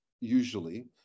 usually